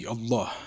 Allah